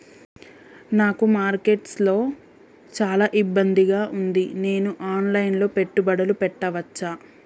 నాకు మార్కెట్స్ లో చాలా ఇబ్బందిగా ఉంది, నేను ఆన్ లైన్ లో పెట్టుబడులు పెట్టవచ్చా?